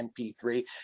MP3